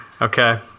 Okay